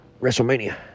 WrestleMania